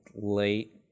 late